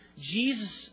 Jesus